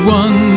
one